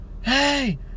Hey